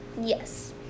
Yes